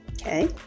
okay